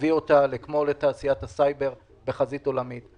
מביא אותה כמו את תעשיית הסייבר לחזית עולמית.